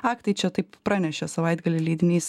aktai čia taip pranešė savaitgalį leidinys